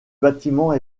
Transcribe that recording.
bâtiment